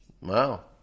Wow